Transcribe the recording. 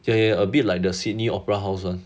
ya ya a bit like the sydney opera house one